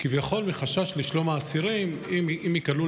כביכול מחשש לשלום האסירים אם ייקלעו